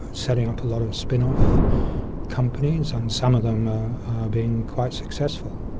setting up a lot of spin-off companies, and some of them are being quite successful.